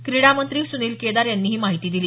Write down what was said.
क्रीडा मंत्री सुनील केदार यांनी ही माहिती दिली